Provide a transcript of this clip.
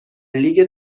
لیگ